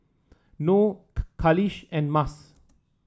Noh Khalish and Mas